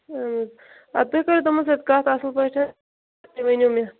اَدٕ تُہۍ کٔریُو تٔمَن سۭتۍ کَتھ اَصٕل پٲٹھۍ تُہۍ ؤنیو مےٚ